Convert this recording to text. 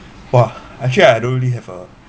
!wah! actually I don't really have a